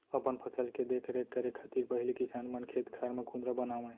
अपन फसल के देख रेख करे खातिर पहिली किसान मन खेत खार म कुंदरा बनावय